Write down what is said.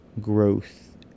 growth